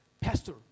Pastor